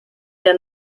der